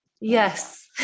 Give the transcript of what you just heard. Yes